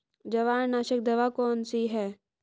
जवार नाशक दवा कौन सी है?